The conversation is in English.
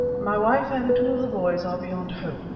my wife and two of the boys are beyond hope,